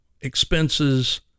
expenses